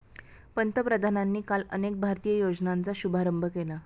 पंतप्रधानांनी काल अनेक भारतीय योजनांचा शुभारंभ केला